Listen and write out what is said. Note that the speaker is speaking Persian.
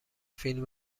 فیلم